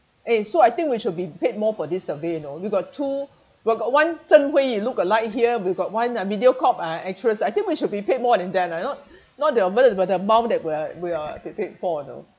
eh so I think we should be paid more for this survey you know you got two we got one zheng hui yu look a like here we got one uh mediacorp uh actress I think we should be paid more than them ah not not the amount that we are we are paid for you know